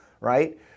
right